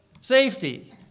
safety